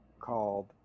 called